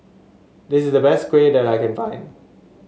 this is the best kuih that I can find